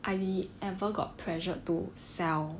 I ever got pressured to sell